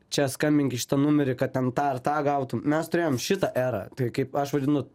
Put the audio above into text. čia skambink į šitą numerį kad ten tą ar tą gautum mes turėjom šitą erą tai kaip aš vadinu